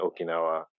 okinawa